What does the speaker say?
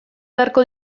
beharko